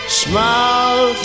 smile